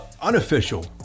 unofficial